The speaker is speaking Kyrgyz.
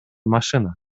машина